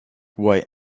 white